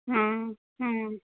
हाँ हाँ